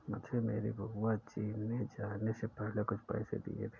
मुझे मेरी बुआ जी ने जाने से पहले कुछ पैसे दिए थे